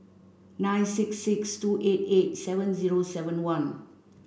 nine six six two eight eight seven zero seven one